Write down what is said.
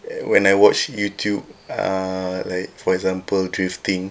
when I watch YouTube err like for example drifting